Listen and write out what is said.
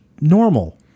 normal